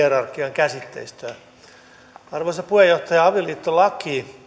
käsitteistöön arvoisa puheenjohtaja avioliittolaki on erityislaki